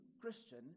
Christian